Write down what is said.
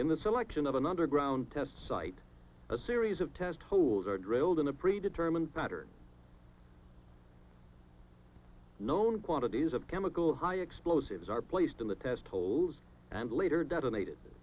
in the selection of an underground test site a series of test holes are drilled in a pre determined pattern known quantities of chemical high explosives are placed in the test holes and later detonate